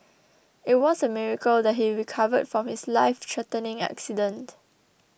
it was a miracle that he recovered from his lifethreatening accident